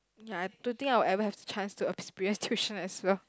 ya I don't think I will ever have the chance to experience tuition as well